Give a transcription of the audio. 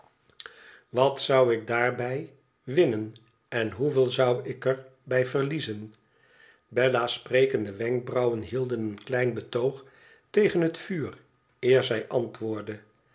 wat zou ik daarbij winnen en hoeveel zou ik er bij verliezen bella's sprekende wenkbrauwen hielden een klein betoog tegen het vuur eer zij antwoordde